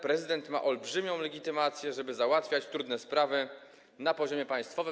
Prezydent ma olbrzymią legitymację, żeby załatwiać trudne sprawy na poziomie państwowym.